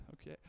Okay